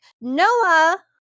Noah